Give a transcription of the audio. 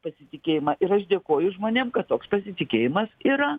pasitikėjimą ir aš dėkoju žmonėm kad toks pasitikėjimas yra